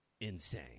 insane